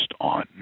on